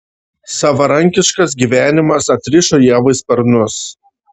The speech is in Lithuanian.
savarankiškas gyvenimas atrišo ievai sparnus